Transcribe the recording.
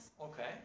Okay